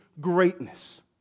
greatness